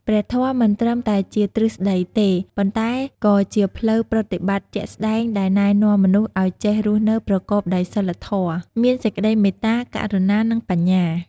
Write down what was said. ព្រះធម៌មិនត្រឹមតែជាទ្រឹស្តីទេ ប៉ុន្តែក៏ជាផ្លូវប្រតិបត្តិជាក់ស្តែងដែលណែនាំមនុស្សឱ្យចេះរស់នៅប្រកបដោយសីលធម៌ មានសេចក្តីមេត្តា ករុណា និងបញ្ញា។